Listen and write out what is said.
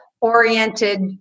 oriented